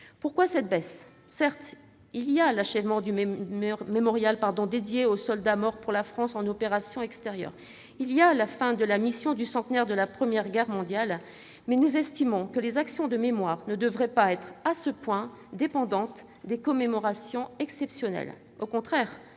Pourquoi cette baisse ? Elle s'explique certes par l'achèvement du mémorial consacré aux soldats morts pour la France en opérations extérieures et par la fin de la mission du centenaire de la Première Guerre mondiale ; mais nous estimons que les actions de mémoire ne devraient pas être à ce point dépendantes de commémorations exceptionnelles.